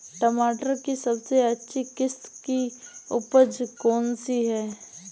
टमाटर की सबसे अच्छी किश्त की उपज कौन सी है?